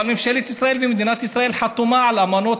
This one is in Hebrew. אבל ממשלת ישראל ומדינת ישראל חתומה על אמנות